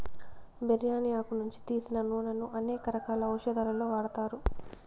బిర్యాని ఆకు నుంచి తీసిన నూనెను అనేక రకాల ఔషదాలలో వాడతారు